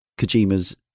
kojima's